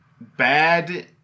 bad